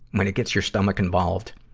when it gets your stomach involved?